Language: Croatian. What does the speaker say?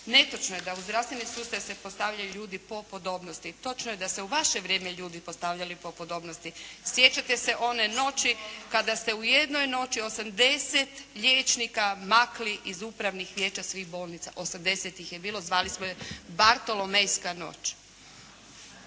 Netočno je da u zdravstveni sustav se postavljaju ljudi po podobnosti. Točno je da se u vaše vrijeme ljudi postavljali po podobnosti. Sjećate se one noći kada se u jednoj noći 80 liječnika makli iz upravnih vijeća svih bolnica. 80 ih je bilo. Zvali smo je Bartolomejska noć.